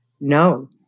no